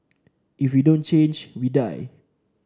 if we don't change we die